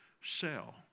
sell